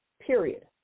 period